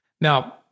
Now